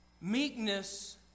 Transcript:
Meekness